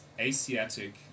asiatic